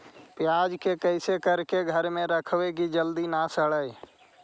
प्याज के कैसे करके घर में रखबै कि जल्दी न सड़ै?